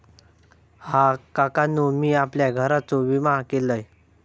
हा, काकानु मी आपल्या घराचो विमा केलंय